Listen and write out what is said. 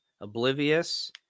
oblivious